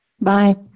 Bye